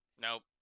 Nope